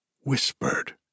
whispered